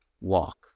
walk